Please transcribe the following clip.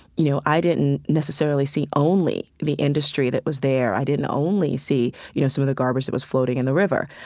you know, i didn't necessarily see only the industry that was there. i didn't only see, you know, some of the garbage that was floating in the river.